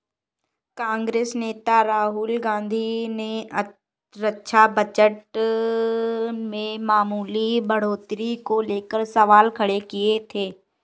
कांग्रेस नेता राहुल गांधी ने रक्षा बजट में मामूली बढ़ोतरी को लेकर सवाल खड़े किए थे